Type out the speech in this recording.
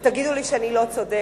ותגידו לי שאני לא צודקת.